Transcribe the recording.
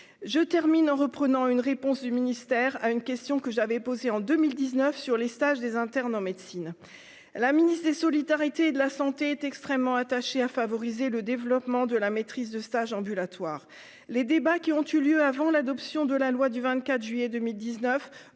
je termine en reprenant une réponse du ministère à une question que j'avais posé en 2019 sur les stages des internes en médecine, la ministre des solidarités et de la santé est extrêmement attaché à favoriser le développement de la maîtrise de stage ambulatoire, les débats qui ont eu lieu avant l'adoption de la loi du 24 juillet 2019